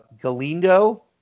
Galindo